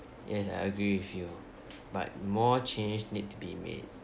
yes I agree with you but more changes need to be made